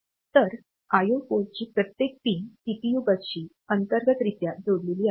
तर आयओ पोर्टची प्रत्येक पिन सीपीयू बसशी अंतर्गतरित्या जोडलेली आहे